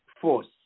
force